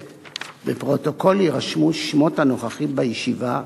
"בפרוטוקול יירשמו שמות הנוכחים בישיבה,